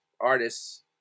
artists